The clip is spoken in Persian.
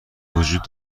وجود